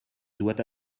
doit